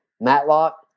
Matlock